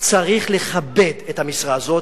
צריך לכבד את המשרה הזאת,